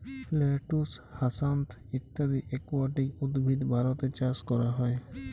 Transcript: lettuce, hyacinth ইত্যদি aquatic উদ্ভিদ ভারতে চাস ক্যরা হ্যয়ে